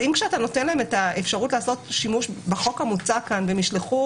אם כשאתה נותן להם את האפשרות לעשות שימוש בחוק המוצע כאן והם ישלחו